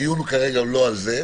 הדיון כרגע הוא לא על זה,